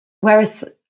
whereas